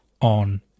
on